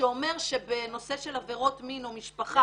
שאומר שבנושא של עבירות מין או משפחה